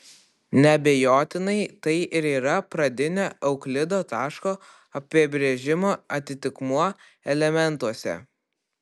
neabejotinai tai ir yra pradinio euklido taško apibrėžimo atitikmuo elementuose